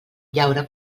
llaura